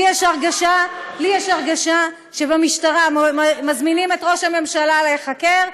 לי יש הרגשה שבמשטרה מזמינים את ראש הממשלה להיחקר,